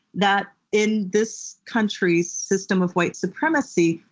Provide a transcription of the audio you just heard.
that in this country's system of white supremacy,